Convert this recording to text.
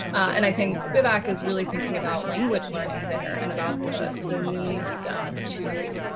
and i think spivak is really thinking about language learning there and about the the need to.